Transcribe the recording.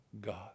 God